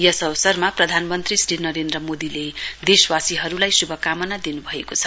यस अवसरमा प्रधानमन्त्री श्री नरेन्द्र मोदीले देशवासीहरुलाई शुभकामना दिनुभएको छ